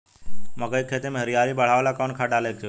मकई के खेती में हरियाली बढ़ावेला कवन खाद डाले के होई?